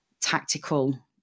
tactical